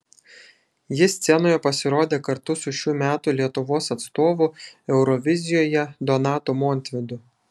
ji scenoje pasirodė kartu su šių metų lietuvos atstovu eurovizijoje donatu montvydu